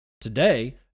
Today